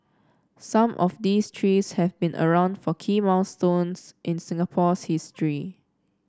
some of these trees have been around for key milestones in Singapore's history